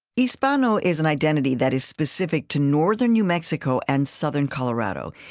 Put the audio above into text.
hispano is an identity that is specific to northern new mexico and southern colorado.